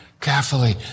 carefully